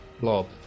blob